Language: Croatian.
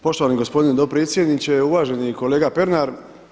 Poštovani gospodine dopredsjedniče, uvaženi kolega Pernar.